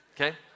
Okay